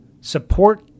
support